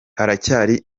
haracyari